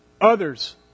others